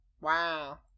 Wow